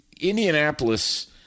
Indianapolis